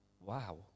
Wow